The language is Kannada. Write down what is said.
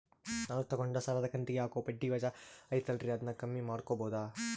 ನಾನು ತಗೊಂಡ ಸಾಲದ ಕಂತಿಗೆ ಹಾಕೋ ಬಡ್ಡಿ ವಜಾ ಐತಲ್ರಿ ಅದನ್ನ ಕಮ್ಮಿ ಮಾಡಕೋಬಹುದಾ?